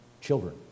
children